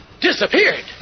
Disappeared